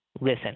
Listen